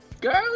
girls